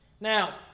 Now